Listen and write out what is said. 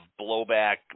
blowback